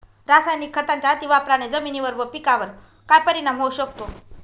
रासायनिक खतांच्या अतिवापराने जमिनीवर व पिकावर काय परिणाम होऊ शकतो?